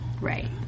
Right